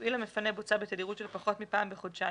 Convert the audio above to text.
- מפעיל המפנה בוצה בתדירות של פחות מפעם בחודשיים,